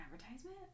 advertisement